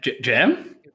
jam